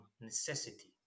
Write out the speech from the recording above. necessity